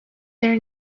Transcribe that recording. their